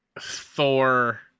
Thor